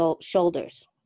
shoulders